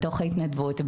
בתוך ההתנדבות,